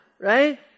Right